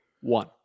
one